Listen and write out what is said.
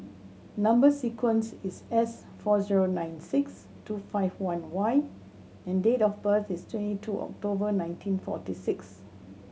number sequence is S four zero nine six two five one Y and date of birth is twenty two October nineteen forty six